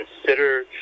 consider